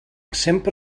sempre